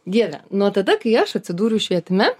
dieve nuo tada kai aš atsidūriau švietime